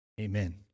Amen